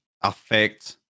affect